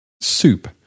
Soup